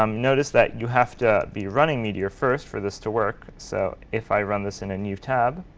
um notice that you have to be running meteor first for this to work. so if i run this in a new tab,